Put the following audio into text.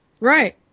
Right